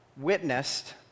witnessed